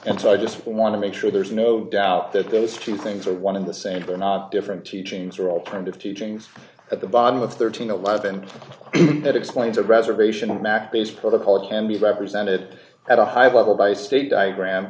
and so i just want to make sure there's no doubt that those two things are one in the same they're not different teachings or alternative teachings at the bottom of thirteen eleven that explains a reservation in mac based protocol it can be represented at a high level by state diagram